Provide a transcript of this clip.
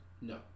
no